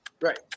right